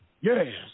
Yes